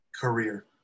career